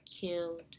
killed